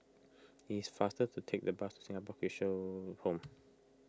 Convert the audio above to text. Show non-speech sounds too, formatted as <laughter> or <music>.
it is faster to take the bus Singapore <unintelligible> Home